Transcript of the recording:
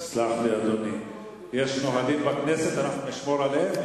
יש נהלים בכנסת, אנחנו נשמור עליהם.